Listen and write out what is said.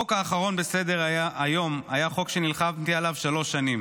החוק האחרון בסדר-היום היה חוק שנלחמתי עליו שלוש שנים,